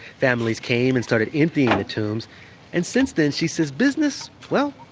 families came and started emptying the tombs and since then, she says, business, well,